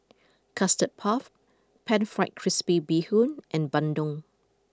Custard Puff Pan Fried Crispy Bee Bee Hoon and Bandung